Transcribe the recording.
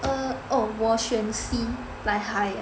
oh 我选 sea like 海